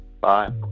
Bye